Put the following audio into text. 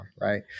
right